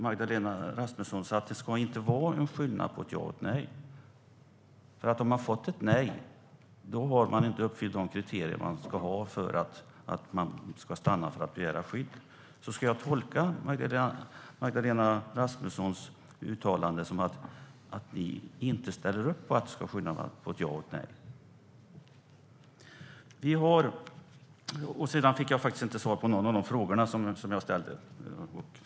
Jag tolkar Magda Rasmusson så att det inte ska vara någon skillnad på ett ja och ett nej. Om man har fått ett nej har man inte uppfyllt de kriterier som finns för att få begära skydd och få stanna. Ska jag tolka Magda Rasmussons uttalande som att ni inte ställer upp på att det ska vara skillnad på ett ja och ett nej? Jag fick faktiskt inte svar på någon av de frågor jag ställde.